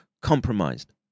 compromised